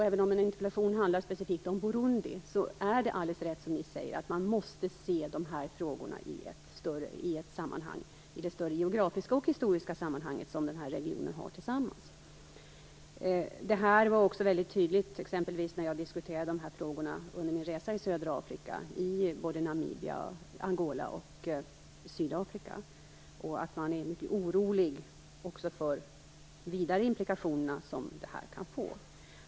Även om interpellationen handlar specifikt om Burundi är det alldeles rätt som debattdeltagarna säger: Man måste se frågorna i ett sammanhang - i det större geografiska och historiska sammanhang som länderna i regionen har tillsammans. Detta var också mycket tydligt när jag diskuterade de här frågorna under min resa i södra Afrika, i Namibia, Angola och Sydafrika. Man är mycket orolig även för de vidare implikationer som detta kan få.